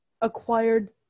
acquired